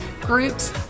groups